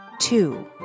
two